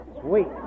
sweet